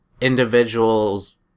individuals